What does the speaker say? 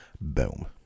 Boom